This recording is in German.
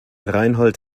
reinhold